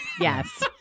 Yes